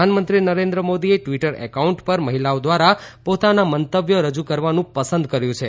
પ્રધીનમંત્રી નરેન્દ્ર મોદીએ Twitter account પર મહિલાઓ દ્વારા પોતાના મંતવ્યો રજૂ કરવાનું પસંદ કર્યું છે